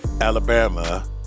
alabama